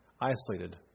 isolated